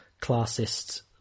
classist